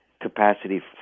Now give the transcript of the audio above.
capacity